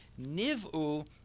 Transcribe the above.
Niv'u